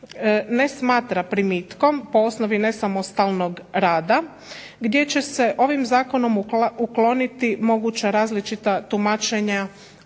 ne smatra primitkom po osnovni nesamostalnog rada, gdje će se ovim zakonom ukloniti moguća različita tumačenja